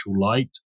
light